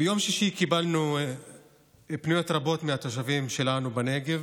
ביום שישי קיבלנו פניות רבות מהתושבים שלנו בנגב,